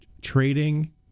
Trading